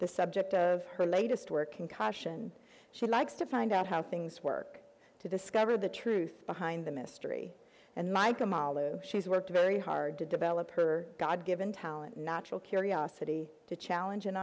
the subject of her latest work in caution she likes to find out how things work to discover the truth behind the mystery and michael she's worked very hard to develop her god given talent natural curiosity to challenge and